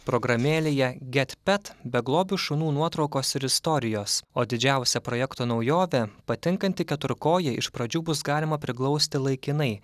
programėlėje getpet beglobių šunų nuotraukos ir istorijos o didžiausia projekto naujovė patinkantį keturkojį iš pradžių bus galima priglausti laikinai